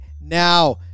now